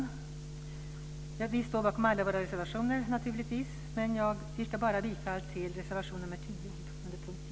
Vi står naturligtvis bakom alla våra reservationer, men jag yrkar bifall bara till reservation nr 10 under punkt 10.